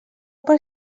per